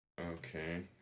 okay